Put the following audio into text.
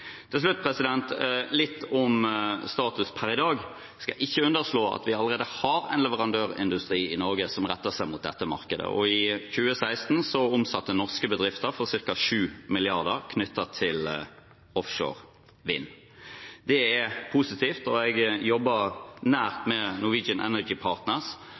Til slutt litt om status per i dag. Jeg skal ikke underslå at vi allerede har en leverandørindustri i Norge som retter seg mot dette markedet. I 2016 omsatte norske bedrifter for ca. 7 mrd. kr knyttet til offshore vind. Det er positivt. Jeg jobbet nært med Norwegian Energy Partners